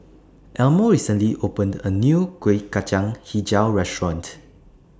Elmo recently opened A New Kuih Kacang Hijau Restaurant